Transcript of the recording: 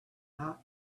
not